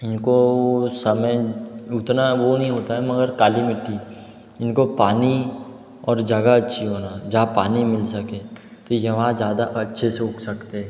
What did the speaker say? इनको समय उतना वो नहीं होता है मगर काली मिट्टी इनको पानी और जगह अच्छी होना जहाँ पानी मिल सके तो यह वहाँ ज़्यादा अच्छे से उग सकते है